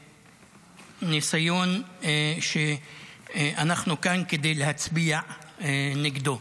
הוא ניסיון שאנחנו כאן כדי להצביע נגדו.